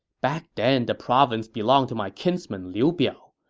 back then, the province belonged to my kinsman liu biao.